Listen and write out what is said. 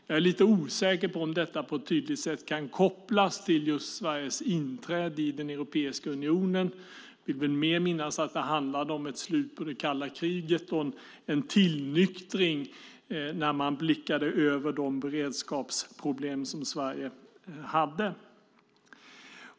Jag är lite osäker på om detta på ett tydligt sätt kan kopplas till just Sveriges inträde i Europeiska unionen. Jag vill mer minnas att det handlade om ett slut på det kalla kriget och en tillnyktring när man blickade över de beredskapsproblem som Sverige hade.